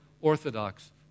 Orthodox